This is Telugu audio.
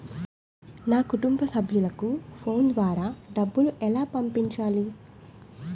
నా కుటుంబ సభ్యులకు ఫోన్ ద్వారా డబ్బులు ఎలా పంపించాలి?